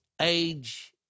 age